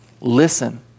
Listen